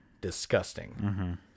disgusting